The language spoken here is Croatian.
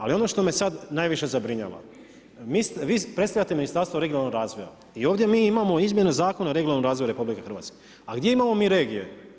Ali ono što me sad najviše zabrinjava, vi predstavljate Ministarstvo regionalnog razvoja i ovdje mi imamo izmjene Zakona o regionalnog razvoju RH a gdje mi imamo regije?